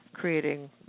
creating